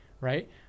right